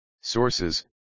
Sources